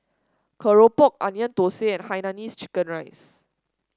keropok Onion Thosai and Hainanese Chicken Rice